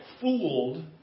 fooled